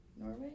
Norway